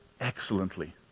excellently